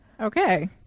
Okay